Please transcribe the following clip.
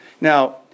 Now